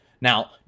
Now